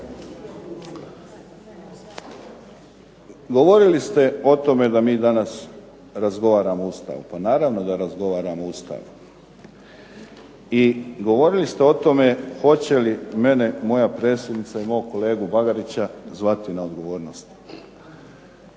govorili ste o tome da mi danas razgovaramo o Ustavu, pa naravno da razgovaramo o Ustavu. I govorili ste o tome hoće li mene moja predsjednica i mog kolegu Bagarića zvati na dogovornost.